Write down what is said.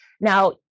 Now